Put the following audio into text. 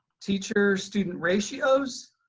teacher student ratios,